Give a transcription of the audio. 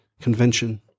convention